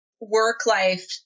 work-life